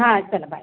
हां चला बाय